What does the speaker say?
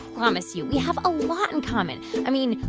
promise you we have a lot in common. i mean,